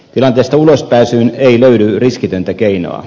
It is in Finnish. tilanteesta ulos pääsyyn ei löydy riskitöntä keinoa